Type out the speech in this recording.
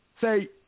say